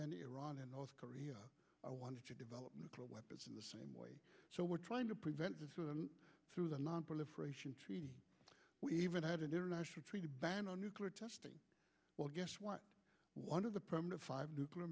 then iran and north korea i want to develop nuclear weapons in the same way so we're trying to prevent them through the nonproliferation treaty we even had an international treaty ban on nuclear testing well guess what one of the permanent five